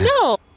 No